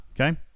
Okay